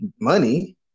money